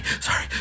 sorry